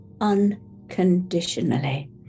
unconditionally